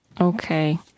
Okay